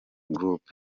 group